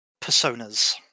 personas